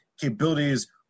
capabilities